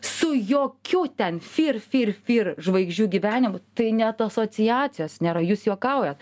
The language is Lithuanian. su jokiu ten fir fir fir žvaigždžių gyvenimu tai net asociacijos nėra jūs juokaujat